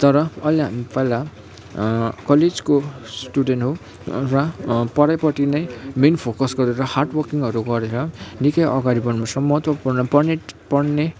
तर अहिले हामी पहिला कलेजको स्टुडेन्ट हो र पढाइपट्टि नै मेन फोकस गरेर हार्ड वकिङ्हरू गरेर निकै अगाडि बढ्नु सम्भवत पुर्ण पण्डित पर्ने